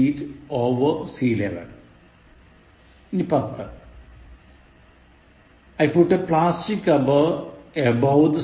പത്ത് I put a plastic cover above the sofa